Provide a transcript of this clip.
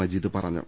മജീദ് പറഞ്ഞു